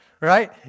Right